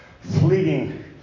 fleeting